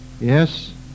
Yes